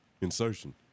Insertion